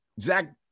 Zach